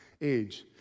age